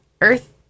earth